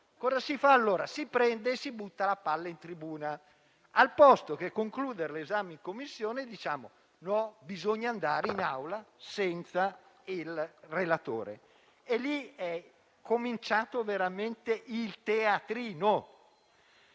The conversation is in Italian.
Cosa si fa allora? Si prende e si butta la palla in tribuna; invece che concludere l'esame in Commissione diciamo che bisogna arrivare in Assemblea senza il relatore. A quel punto è cominciato veramente il teatrino.